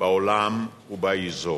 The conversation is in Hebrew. בעולם ובאזור.